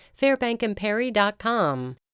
Fairbankandperry.com